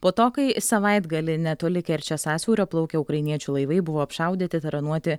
po to kai savaitgalį netoli kerčės sąsiaurio plaukę ukrainiečių laivai buvo apšaudyti taranuoti